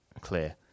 clear